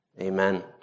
Amen